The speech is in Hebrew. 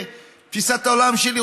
בתפיסת העולם שלי,